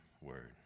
word